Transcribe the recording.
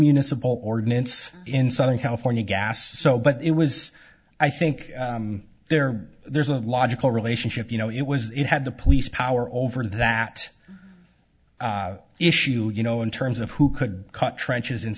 municipal ordinance in southern california gas so but it was i think there there's a logical relationship you know it was it had the police power over that issue you know in terms of who could cut trenches